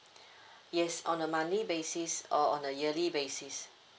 yes on a monthly basis or on a yearly basis